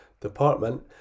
department